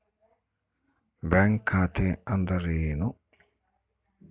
Bank ಖಾತೆ ಅಂದರೆ ಏನು?